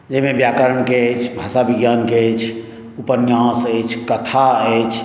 जाहिमे व्याकरणके अछि भाषा विज्ञानके अछि उपन्यास अछि कथा अछि